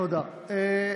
תודה, אדוני.